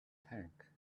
tank